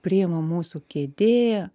priima mūsų kėdė